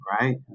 right